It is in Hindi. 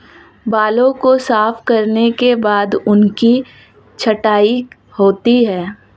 बालों को साफ करने के बाद उनकी छँटाई होती है